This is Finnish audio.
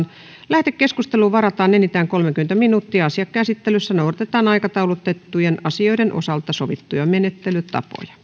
lähetekeskusteluun varataan enintään kolmekymmentä minuuttia asian käsittelyssä noudatetaan aikataulutettujen asioiden osalta sovittuja menettelytapoja